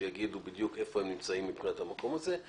שיגידו בדיוק איפה הם נמצאים מבחינת המקום הזה.